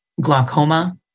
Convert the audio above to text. glaucoma